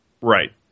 Right